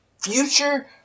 Future